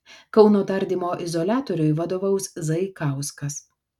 kauno tardymo izoliatoriui vadovaus zaikauskas